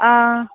आं